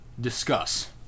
Discuss